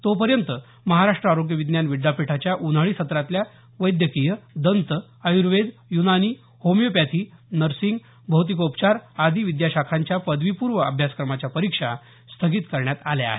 तोपयँत महाराष्ट्र आरोग्य विज्ञान विद्यापीठाच्या उन्हाळी सत्रातल्या वैद्यकीय दंत आयुर्वेद युनानी होमिओपॅथी नर्सिंग भौतिकोपचार आदी विद्या शाखांच्या पदवीपूर्व अभ्यासक्रमाच्या परीक्षा स्थगित करण्यात आल्या आहेत